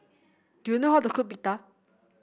do you know how to cook Pita